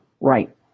right